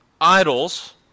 idols